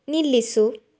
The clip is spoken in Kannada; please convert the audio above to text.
ನಿಲ್ಲಿಸು